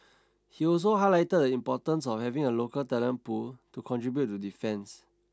he also highlighted the importance of having a local talent pool to contribute to defence